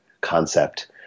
concept